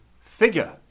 figure